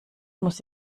muss